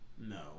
No